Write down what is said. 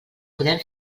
podem